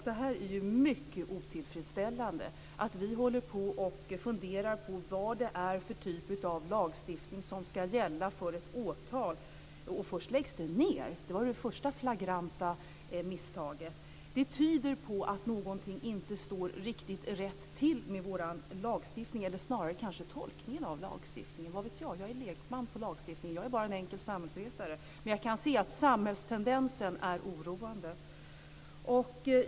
Det är mycket otillfredsställande att vi funderar på vilken typ av lagstiftning som ska gälla för ett åtal. Det första flagranta misstaget vara att ärendet lades ned. Det tyder på att någonting inte står riktigt rätt till med vår lagstiftning, eller kanske snarare tolkningen av lagstiftningen. Vad vet jag? Jag är lekman på lagstiftningens område. Jag är bara en enkel samhällsvetare. Men jag kan se att tendensen i samhället är oroande.